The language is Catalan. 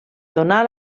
donar